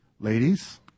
Ladies